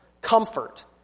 comfort